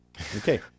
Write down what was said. okay